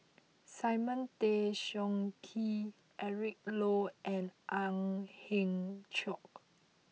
Simon Tay Seong Chee Eric Low and Ang Hiong Chiok